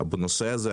בנושא הזה.